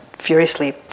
furiously